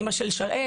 אימא של שיראל,